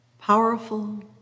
powerful